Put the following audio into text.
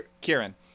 Kieran